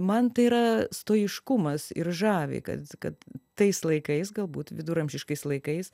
man tai yra stoiškumas ir žavi kad kad tais laikais galbūt viduramžiškais laikais